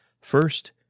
First